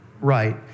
right